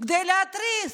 כדי להתריס.